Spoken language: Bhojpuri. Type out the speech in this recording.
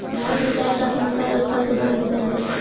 भारत में चाय काफी मसाल अउर फल के बगानी कईल जाला